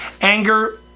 anger